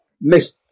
miss